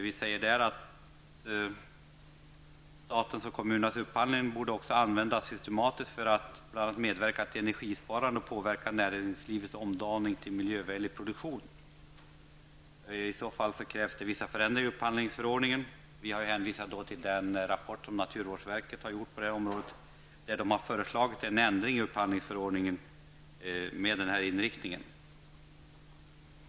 Vi säger där att statens och kommunernas upphandling borde användas systematiskt för att bl.a. medverka till en energisparande och påverka näringslivets omdaning till en miljövänlig produktion. För att detta skall uppnås krävs vissa förändringar i upphandlingsförordningen. Vi hänvisar i reservationen till den rapport som naturvårdsverket har gjort på området där man föreslagit en ändring i upphandlingsförordningen med denna inriktning.